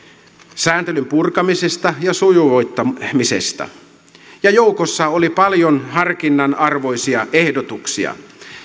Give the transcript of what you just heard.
sääntelyn purkamisesta ja sujuvoittamisesta joukossa oli paljon harkinnanarvoisia ehdotuksia